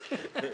תגידו פתרון.